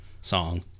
song